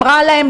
רע להם,